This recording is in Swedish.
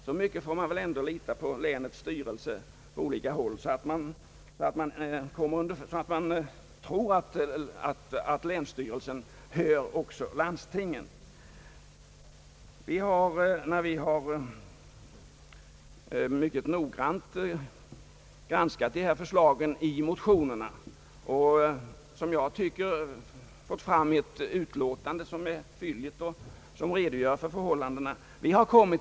Så mycket får man väl ändå lita på länets styrelse att man får utgå från att den hör också landstinget. Vi har inom utskottet mycket noggrant granskat förslagen i motionerna och som jag tycker fått fram ett utlåtande som tydligt och klart redogör för förhållandena på detta område.